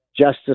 justice